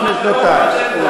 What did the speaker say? לפני שנתיים.